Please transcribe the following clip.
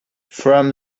from